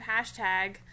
hashtag